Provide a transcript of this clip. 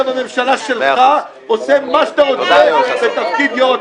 בממשלה שלך עושה מה שאתה רוצה בתפקיד יושב-ראש ועדת הכנסת.